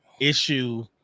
issue